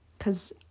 Cause